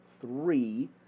three